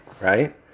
right